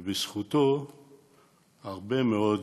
בזכותו הרבה מאוד